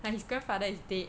but his grandfather is dead